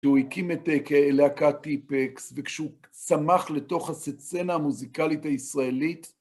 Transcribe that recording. שהוא הקים את להקת טיפקס, וכשהוא צמח לתוך הסצנה המוזיקלית הישראלית.